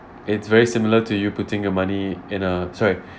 it's very similar to you putting your money in a sorry